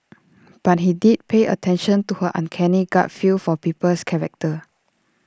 but he did pay attention to her uncanny gut feel for people's characters